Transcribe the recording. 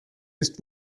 ist